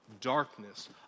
darkness